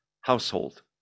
household